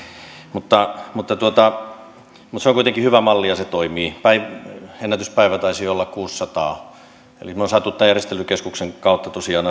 mutta mutta se on kuitenkin hyvä malli ja se toimii ennätyspäivänä taisi olla kuusisataa eli me olemme saaneet tämän järjestelykeskuksen kautta tosiaan